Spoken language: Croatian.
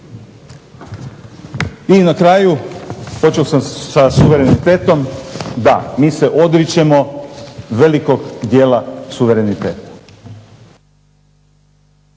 I na kraju, počeo sam sa suverenitetom, da, mi se odričemo velikog dijela suvereniteta,